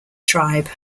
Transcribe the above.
tribe